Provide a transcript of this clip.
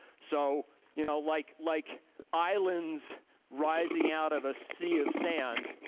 so you know like like islands rising out of a sea of sand,